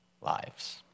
lives